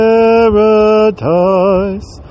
Paradise